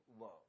love